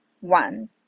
One